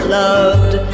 loved